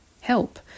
help